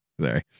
Sorry